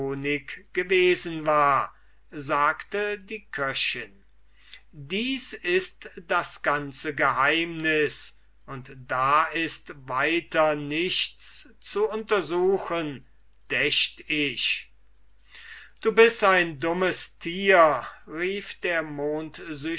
gewesen war sagte die köchin dies ist das ganze geheimnis und da ist weiter nichts zu untersuchen dächt ich du bist ein dummes tier rief der mondsüchtige